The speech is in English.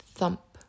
Thump